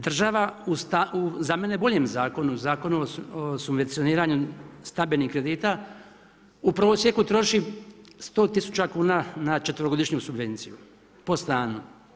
Država u za mene boljem zakonu, Zakonu o subvencioniranju stabilnih kredita u prosjeku troši 100 000 na četverogodišnju subvenciju po stanu.